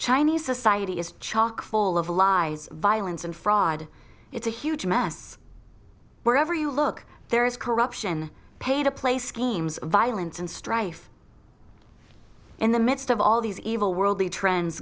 chinese society is chock full of lies violence and fraud its a huge mess wherever you look there is corruption pay to play schemes of violence and strife in the midst of all these evil worldly trends